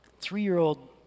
three-year-old